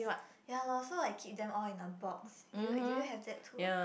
ya loh so I keep them all in a box you do you have that too